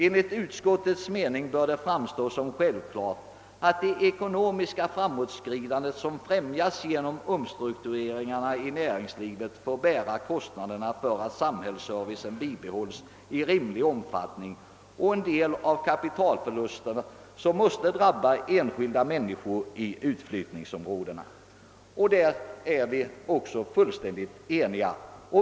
Enligt utskottets mening bör det framstå som självklart att det ekonomiska framåtskridande som främjas genom omstruktureringarna i näringslivet får bära kostnaderna för att samhällsservicen bibehålls i rimlig omfattning och en del av de kapitalförluster som måste drabba enskilda människor i utflyttningsområden.» Därvidlag är herr Bohman och jag helt eniga.